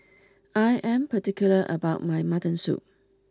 I am particular about my Mutton Soup